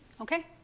Okay